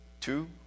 two